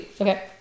Okay